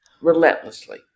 relentlessly